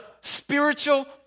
spiritual